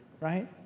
right